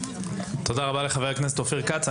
תודה לחה"כ אופיר כץ.